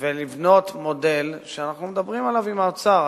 ולבנות מודל שאנחנו מדברים עליו עם האוצר.